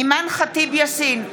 אימאן ח'טיב יאסין,